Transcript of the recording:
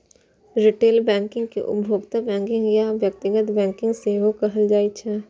retail banking कें उपभोक्ता banking या व्यक्तिगत बैंकिंग सेहो कहल जाइ छै